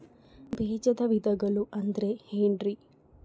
ಬೇಜದ ವಿಧಗಳು ಅಂದ್ರೆ ಏನ್ರಿ?